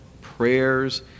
Prayers